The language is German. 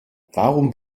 warum